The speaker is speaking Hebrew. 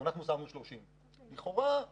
בעוד שאנחנו שמנו 30%. לכאורה אנחנו